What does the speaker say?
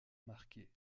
marquées